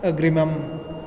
अग्रिमम्